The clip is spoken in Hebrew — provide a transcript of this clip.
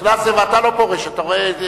נאזם, אתה לא פורש, אתה רואה?